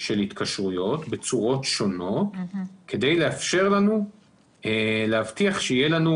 של התקשרויות בצורות שונות כדי לאפשר לנו להבטיח שיהיה לנו